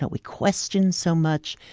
but we question so much,